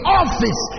office